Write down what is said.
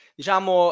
diciamo